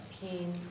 pain